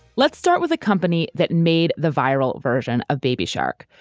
let's start with a company that made the viral version of baby shark,